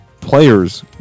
players